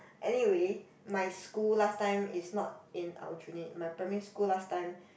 anyway my school last time is not in Aljunied my primary school last time